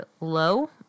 low